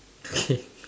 okay